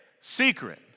secret